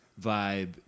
vibe